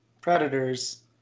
predators